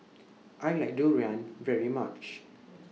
I like Durian very much